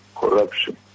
corruption